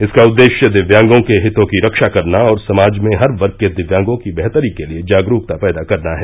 इसका उद्देश्य दिव्यांगों के हितों की रक्षा करना और समाज में हर वर्ग के दिव्यांगों की बेहतरी के लिए जागरूकता पैदा करना है